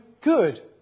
good